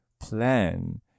plan